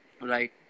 right